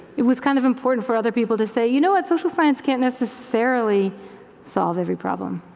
it was kind of important for other people to say, you know what, social science can't necessarily solve every problem.